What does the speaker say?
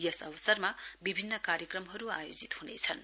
यस अवसरमा विभिन्न कार्यक्रमहरु आयोजित हुनेछन्